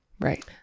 Right